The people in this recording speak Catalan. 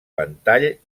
ventall